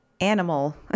animal